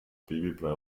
babybrei